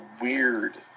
weird